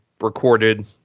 recorded